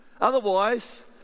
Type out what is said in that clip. otherwise